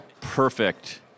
perfect